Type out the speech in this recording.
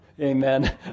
Amen